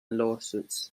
lawsuits